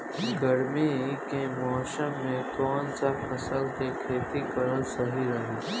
गर्मी के मौषम मे कौन सा फसल के खेती करल सही रही?